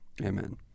Amen